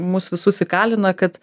mus visus įkalina kad